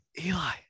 Eli